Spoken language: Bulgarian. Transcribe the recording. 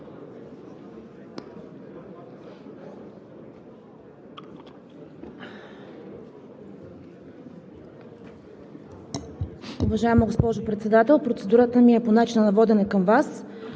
Уважаема госпожо Председател, процедурата ми е по начина на водене към Вас.